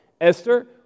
Esther